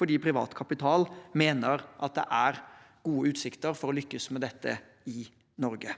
fordi privat kapital mener at det er gode utsikter for å lykkes med dette i Norge.